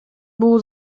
бул